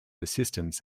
assistance